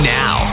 now